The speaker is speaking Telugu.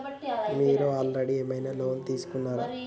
మీరు ఆల్రెడీ ఏమైనా లోన్ తీసుకున్నారా?